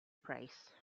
price